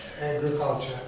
Agriculture